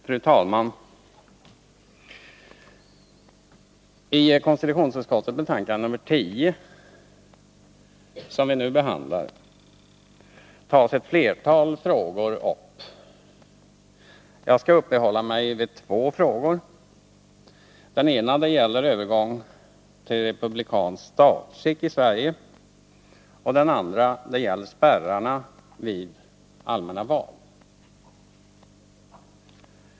Fru talman! I konstitutionsutskottets betänkande nr 10, som vi nu behandlar, tas ett flertal frågor upp. Jag skall uppehålla mig vid två frågor. Den ena gäller övergång till republikanskt statsskick i Sverige, och den andra gäller spärrarna vid allmänna val.